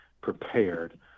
prepared